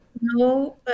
No